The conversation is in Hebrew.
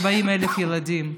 40,000 ילדים.